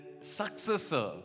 successor